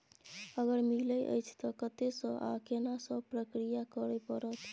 अगर मिलय अछि त कत्ते स आ केना सब प्रक्रिया करय परत?